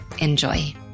Enjoy